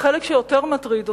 החלק שיותר מטריד אותי,